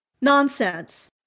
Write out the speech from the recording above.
nonsense